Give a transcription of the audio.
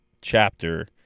chapter